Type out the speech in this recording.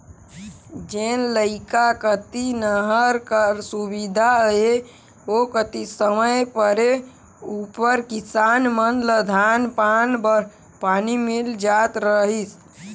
जेन इलाका कती नहर कर सुबिधा अहे ओ कती समे परे उपर किसान मन ल धान पान बर पानी मिल जात रहिस